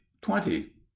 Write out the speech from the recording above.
twenty